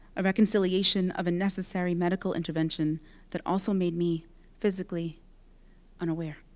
a reconciliation of a necessary medical intervention that also made me physically unaware.